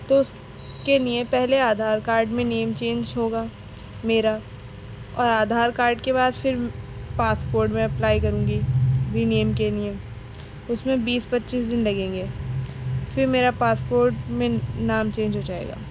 تو اس کے لیے پہلے آدھار کارڈ میں نیم چینج ہوگا میرا اور آدھار کارڈ کے بعد پھر پاسپورٹ میں اپلائی کروں گی ری نیم کے لئیں تو اس میں بیس پچیس دن لگیں گے پھر میرا پاسپورٹ مین نام چینج ہو جائے گا